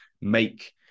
make